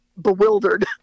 bewildered